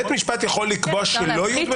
בית משפט יכול לקבוע שלא יהיו דמי פיגורים?